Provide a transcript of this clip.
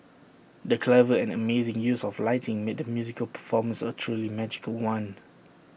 the clever and amazing use of lighting made the musical performance A truly magical one